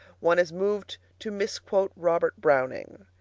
one is moved to misquote robert browning.